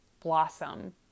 blossom